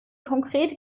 konkrete